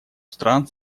стран